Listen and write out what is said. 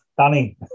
Danny